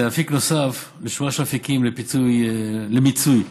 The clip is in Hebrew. זה אפיק נוסף בשורה של אפיקים למיצוי זכויות,